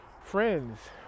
friends